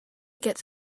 gets